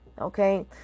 okay